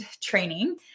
training